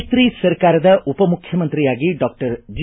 ಮೈತ್ರಿ ಸರ್ಕಾರದ ಉಪಮುಖ್ಯಮಂತ್ರಿಯಾಗಿ ಡಾಕ್ಟರ್ ಜಿ